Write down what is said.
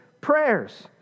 prayers